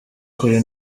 kuri